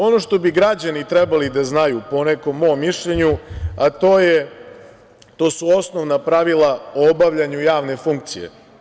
Ono što bi građani trebali da znaju po nekom mom mišljenju, a to su osnovna pravila o obavljanju javne funkcije.